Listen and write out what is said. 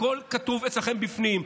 הכול כתוב אצלכם בפנים.